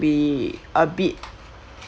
be a bit